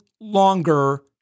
longer